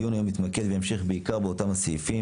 הדיון היום יתמקד וימשיך בעיקר באותם הסעיפים